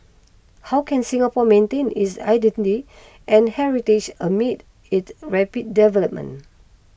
how can Singapore maintain is identity and heritage amid it rapid development